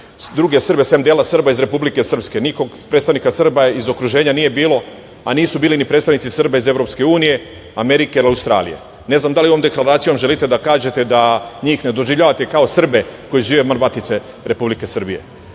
druge Srbe, sem Srba iz dela Republike Srpske, nikog od predstavnika Srba iz okruženja nije bilo, a nisu bili ni predstavnici Srba iz EU, Amerike i Australije. Ne znam da li ovom deklaracijom želite da kažete da njih ne doživljavate kao Srbe koji žive van matice Republike Srbije.